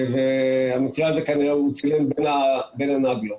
הוא כנראה צילם בין הנגלות.